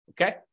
okay